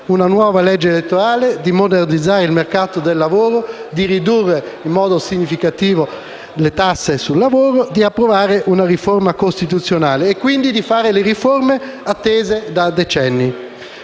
una nuova legge elettorale, di modernizzare il mercato del lavoro, di ridurre in modo significativo le tasse sul lavoro e di approvare una riforma costituzionale e, quindi, di fare le riforme attese da decenni?